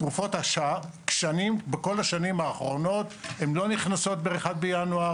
כי בכל השנים האחרונות הן לא נכנסות ב-1 בינואר.